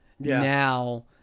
Now